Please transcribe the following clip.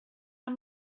how